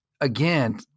again